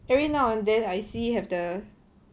every now and then I see have the